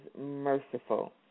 merciful